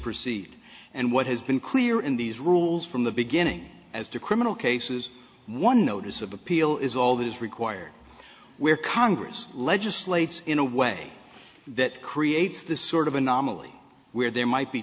proceed and what has been clear in these rules from the beginning as to criminal cases one notice of appeal is all that is required where congress legislates in a way that creates this sort of anomaly where there might be